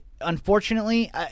unfortunately